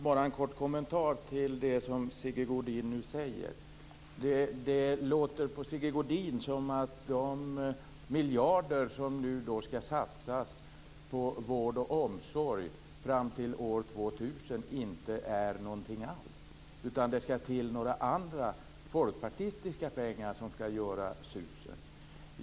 Herr talman! På Sigge Godin låter det som att de miljarder som skall satsas på vård och omsorg fram till år 2000 inte betyder någonting. I stället skall det till andra, folkpartistiska, pengar som skall göra susen.